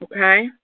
Okay